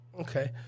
Okay